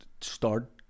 start